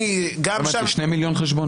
שני מיליון חשבונות.